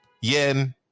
yen